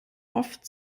oft